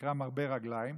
שנקרא מרבה רגליים,